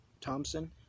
Thompson